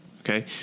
Okay